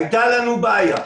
הייתה לנו בעיה,